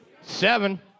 seven